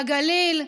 בגליל,